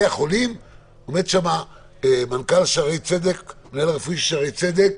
עומד שם המנהל הרפואי של שערי צדק,